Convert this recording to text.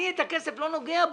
אני לא נוגע בכסף,